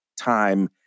time